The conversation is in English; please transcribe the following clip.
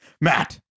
Matt